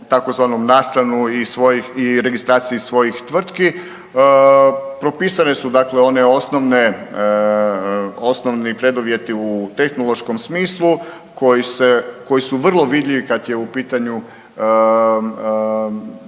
nastanu i svojih i registraciji svojih tvrtki. Propisane su dakle one osnovne, osnovni preduvjeti u tehnološkom smislu koji se, koji su vrlo vidljivi kad je u pitanju